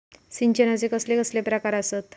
सिंचनाचे कसले कसले प्रकार आसत?